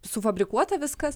sufabrikuota viskas